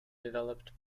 developed